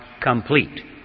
complete